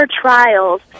trials